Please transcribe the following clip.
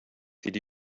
did